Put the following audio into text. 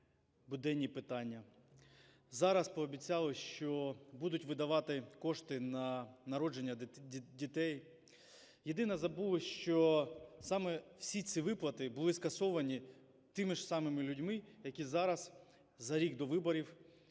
буденні питання. Зараз пообіцяли, що будуть видавати кошти на народження дітей. Єдине забули, що саме всі ці виплати були скасовані тими ж самими людьми, які зараз, за рік до виборів,